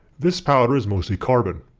this powder is mostly carbon.